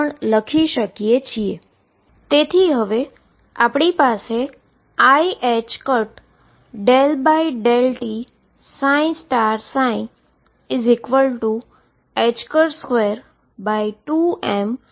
હવે હું બંને બાજુથી ℏ માંથી એક ℏ દુર કરી શકું છું